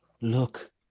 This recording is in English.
Look